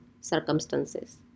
circumstances